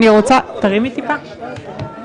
אני מתכבדת לפתוח את ישיבת הוועדה המסדרת.